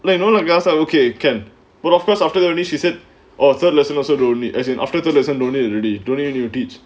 then you know like you ask okay can but of course after their only she said oh third lesson also after third lesson also don't need ready no need to teach